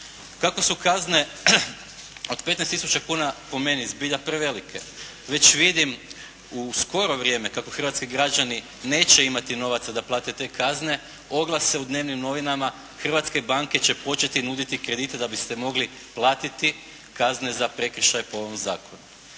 Kako su kazne od 15 tisuća kuna po meni zbilja prevelike, već vidim u skoro vrijeme kako hrvatski građani neće imati novaca da plate te kazne, oglase u dnevnim novinama, hrvatske banke će početi nuditi kredite da biste mogli platiti kazne za prekršaj po ovom zakonu.